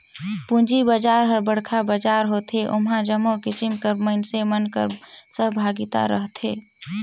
पूंजी बजार हर बड़खा बजार होथे ओम्हां जम्मो किसिम कर मइनसे मन कर सहभागिता रहथे